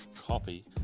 copy